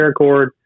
paracord